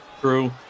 True